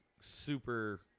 super –